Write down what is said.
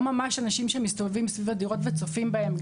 או ממש אנשים שמסתובבים סביב הדירות וצופים בהן.